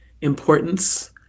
importance